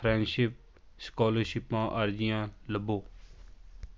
ਫਰੈਸ਼ਿਪ ਸਕੋਲਰਸ਼ਿਪਾਂ ਅਰਜ਼ੀਆਂ ਲੱਭੋ